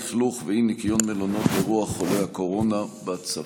לכלוך ואי-ניקיון במלונות אירוח לחולי הקורונה בצפון.